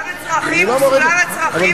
סולם הצרכים הוא סולם הצרכים, כבוד השר.